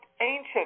ancient